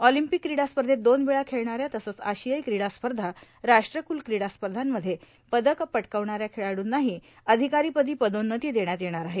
Olympic क्रीडा स्पर्धेत दोन वेळा खेळणाऱ्या तसंच आशियाई क्रीडा स्पर्धा राष्ट्रक्ल क्रीडा स्पर्धांमध्ये पदक पटकावणाऱ्या खेळाडूंनाही अधिकारी पदी पदोन्नती देण्यात येणाऱ आहे